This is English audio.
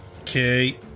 Okay